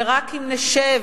שרק אם נשב,